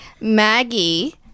Maggie